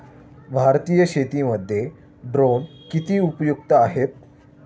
भारतीय शेतीमध्ये ड्रोन किती उपयुक्त आहेत?